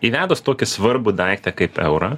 įvedus tokį svarbų daiktą kaip eurą